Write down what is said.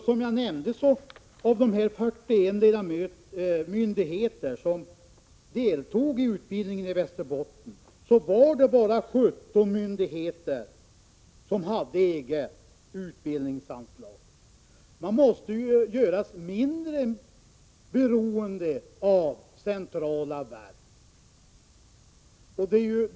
Som jag nämnde hade bara 17 av de 41 myndigheter som deltog i utbildningen i Västerbotten eget utbildningsanslag. Men man måste ju göra sig mindre beroende av centrala verk.